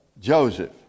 Joseph